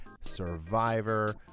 Survivor